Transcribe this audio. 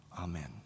Amen